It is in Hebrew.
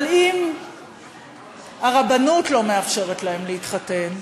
אבל אם הרבנות לא מאפשרת להם להתחתן,